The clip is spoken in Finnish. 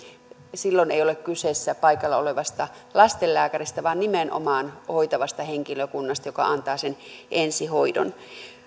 silloin ei ole kyse paikalla olevasta lastenlääkäristä vaan nimenomaan hoitavasta henkilökunnasta joka antaa sen ensihoidon